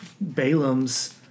Balaam's